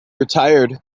retired